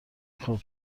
خوب